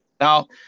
Now